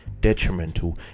detrimental